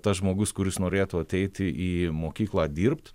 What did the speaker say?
tas žmogus kuris norėtų ateiti į mokyklą dirbt